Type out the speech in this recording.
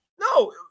No